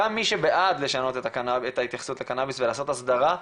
גם מי שבעד לשנות את ההתייחסות לקנאביס ולעשות הסדרה,